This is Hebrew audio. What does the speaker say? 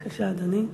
בבקשה, אדוני.